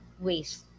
waste